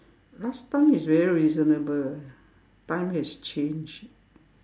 last time is very reasonable time has changed